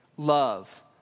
Love